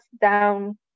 down